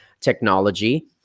Technology